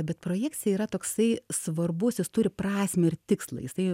bet projekcija yra toksai svarbus jis turi prasmę ir tikslą jisai